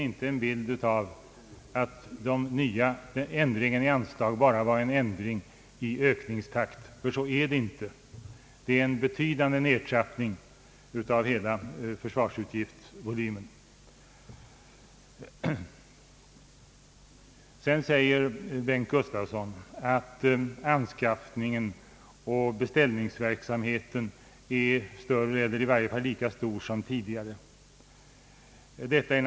Det är i stället så, att förändringen i anslagen bara föga beror på den ändrade ökningstakten, minskningen beror i huvudsak på en direkt nedtrappning av hela försvarsutgiftsvolymen. Herr Bengt Gustavsson säger vidare att anskaffningsoch beställningsverksamheten är större än eller i varje fall lika stor som den tidigare har varit.